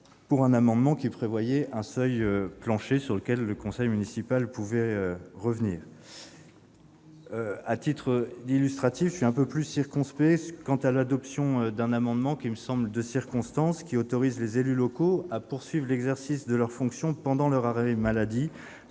pour un amendement qui prévoyait un seuil plancher sur lequel le conseil municipal pouvait revenir. À titre illustratif, je suis un peu plus circonspect quant à l'adoption d'un amendement, qui me semble de circonstance, visant à autoriser les élus locaux à poursuivre l'exercice de leurs fonctions pendant leur arrêt maladie